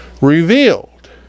revealed